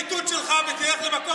שלך, כולכם.